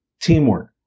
Teamwork